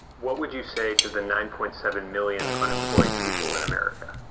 what would you say to the nine point seven million unemployed people in america?